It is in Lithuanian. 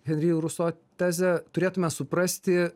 henri ruso tezė turėtume suprasti